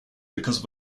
because